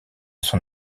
son